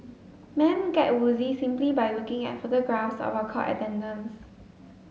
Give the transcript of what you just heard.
men get woozy simply by looking at photographs of her court attendance